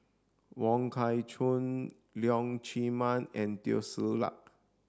Wong Kah Chun Leong Chee Mun and Teo Ser Luck